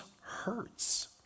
hurts